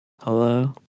Hello